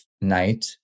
night